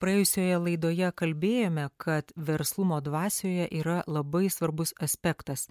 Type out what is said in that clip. praėjusioje laidoje kalbėjome kad verslumo dvasioje yra labai svarbus aspektas